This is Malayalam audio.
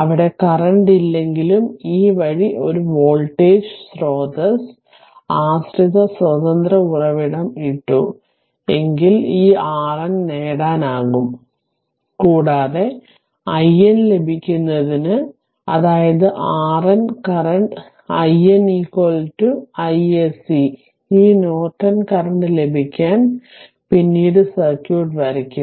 അവിടെ കറന്റ് ഇല്ലെങ്കിലും ഈ വഴി ഒരു വോൾട്ടേജ് സ്രോതസ്സ് ആശ്രിത സ്വതന്ത്ര ഉറവിടം ഇട്ടു എങ്കിൽ ഈ RN നേടാൻ ആകും കൂടാതെ IN ലഭിക്കുന്നതിന് അതായത് RN കറന്റ് IN riSC ഈ നോർട്ടൺ കറന്റ് ലഭിക്കാൻ പിന്നീട് സർക്യൂട്ട് വരയ്ക്കും